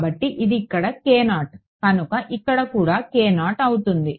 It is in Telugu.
కాబట్టి ఇది ఇక్కడ కనుక ఇక్కడ కూడా అవుతుంది